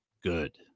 good